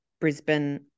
Brisbane